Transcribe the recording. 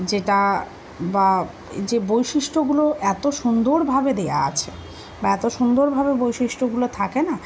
যেটা বা যে বৈশিষ্ট্যগুলো এত সুন্দরভাবে দেওয়া আছে বা এত সুন্দরভাবে বৈশিষ্ট্যগুলো থাকে না